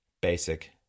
basic